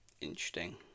interesting